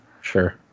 Sure